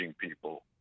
people